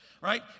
right